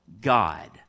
God